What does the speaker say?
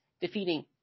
defeating